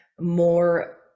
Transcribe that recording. more